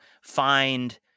find